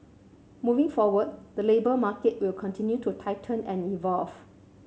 moving forward the labour market will continue to tighten and evolve